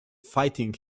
fighting